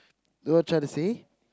you know what I'm tryna say